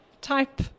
type